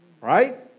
right